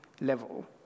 level